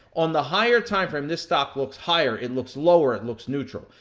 on the higher timeframe, this stock looks higher, it looks lower, it looks neutral.